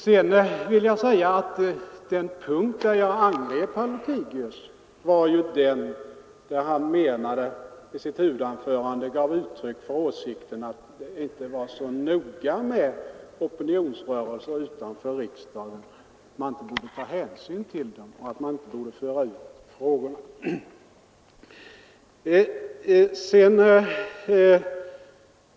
Sedan vill jag säga att den punkt där jag angrep herr Lothigius var den där han i sitt huvudanförande gav uttryck för åsikten att det inte var så noga med opinionsrörelser utanför riksdagen, att man inte borde ta hänsyn till dem och att man inte kunde föra ut en fråga som denna till allmän debatt.